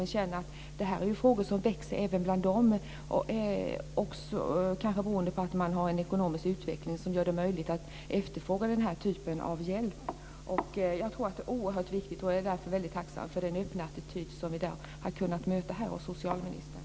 Jag känner att det här är frågor som väcks även bland dem, kanske beroende på att man har en ekonomisk utveckling som gör det möjligt att efterfråga den här typen av hjälp. Jag tror att det är oerhört viktigt och är därför mycket tacksam för den öppna attityd som vi har kunnat möta hos socialministern.